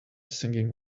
singing